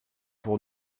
pour